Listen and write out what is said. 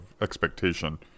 expectation